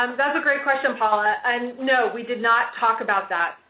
um that's a great question, paula. and no, we did not talk about that.